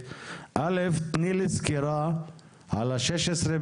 אל"ף תתני לי בבקשה סקירה על השש עשרה,